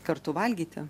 kartu valgyti